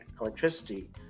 electricity